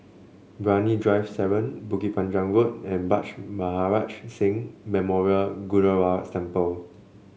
Brani Drive seven Bukit Panjang Road and Bhai Maharaj Singh Memorial Gurdwara Temple